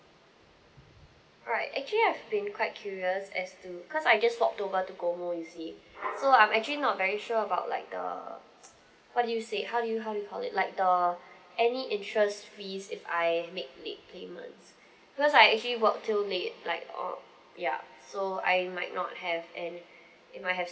alright actually I've been quite curious as to cause I just port over to GOMO you see so I'm actually not very sure about like the what do you say how do you how do you call it like the any interest fees if I make late payments because I actually work till late like on yup so I might not have and it might have